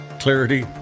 clarity